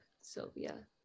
Sylvia